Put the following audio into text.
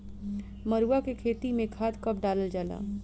मरुआ के खेती में खाद कब डालल जाला?